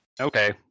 Okay